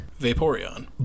Vaporeon